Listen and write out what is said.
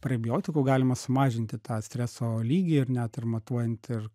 prebiotikų galima sumažinti tą streso lygį ir net ir matuojant ir